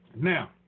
Now